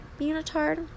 unitard